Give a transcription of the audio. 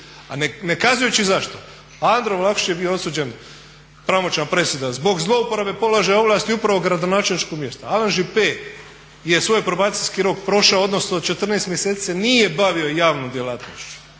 ne kazujući zašto. Andro Vlahušić je bio osuđen pravomoćna presuda zbog zlouporabe položaja i ovlasti i upravo gradonačelničkog mjesta. Alan … je svoj probacijski rok prošao, odnosno 14 mjeseci se nije bavio javnom djelatnošću.